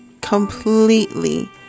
completely